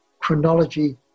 chronology